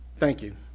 thank you.